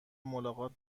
ملاقات